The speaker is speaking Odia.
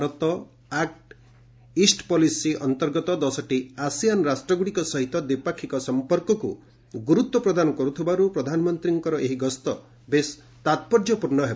ଭାରତ ଆକୁ ଇଷ୍ଟ ପଲିସି ଅନ୍ତର୍ଗତ ଦଶଟି ଆସିଆନ୍ ରାଷ୍ଟ୍ରଗୁଡିକ ସହିତ ଦ୍ୱିପାକ୍ଷିକ ସମ୍ପର୍କକୁ ଗୁରୁତ୍ୱପ୍ରଦାନ କରୁଥିବାରୁ ପ୍ରଧାନମନ୍ତ୍ରୀଙ୍କ ଏହି ଗସ୍ତ ତାପର୍ଯ୍ୟପୂର୍ଣ୍ଣ ହେବ